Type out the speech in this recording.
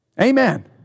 Amen